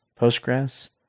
Postgres